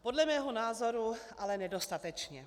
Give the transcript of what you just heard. Podle mého názoru ale nedostatečně.